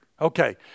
Okay